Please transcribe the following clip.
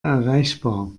erreichbar